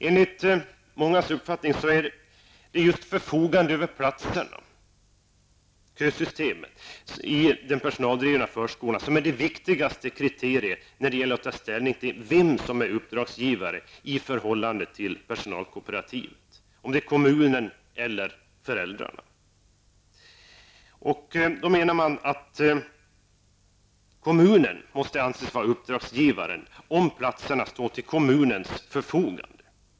Enligt mångas uppfattning är förfogandet över platserna, kösystemet, i den personaldrivna förskolan det viktigaste kriteriet när det gäller att ta ställning till vem som är uppdragsgivare i förhållande till personalkooperativet, om det är kommunen eller föräldrarna. Man menar att kommunen måste anses vara uppdragsgivare om platserna står till kommunens förfogande.